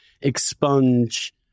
expunge